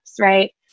right